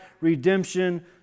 redemption